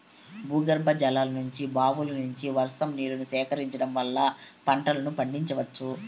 భూగర్భజలాల నుంచి, బావుల నుంచి, వర్షం నీళ్ళను సేకరించడం వల్ల పంటలను పండించవచ్చు